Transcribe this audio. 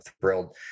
thrilled